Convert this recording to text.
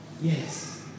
Yes